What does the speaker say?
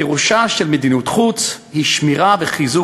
פירושה של מדיניות חוץ היא שמירה וחיזוק